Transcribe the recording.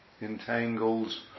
entangles